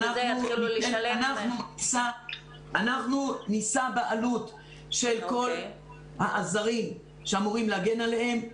אנחנו נישא בעלות של כל העזרים שאמורים להגן עליהם,